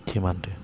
Himadri